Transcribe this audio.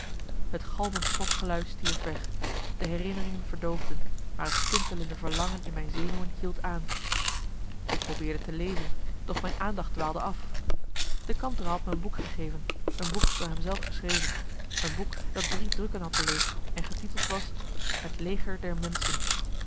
het galmend klokgelui stierf weg de herinneringen verdoofden maar het tintelende verlangen in mijn zenuwen hield aan marcellus emants een nagelaten bekentenis ik probeerde te lezen doch mijn aandacht dwaalde af de kantere had me een boek gegeven een boek door hem zelf geschreven een boek dat drie drukken had beleefd en getiteld was het leger der menschen